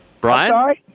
Brian